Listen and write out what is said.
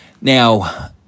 Now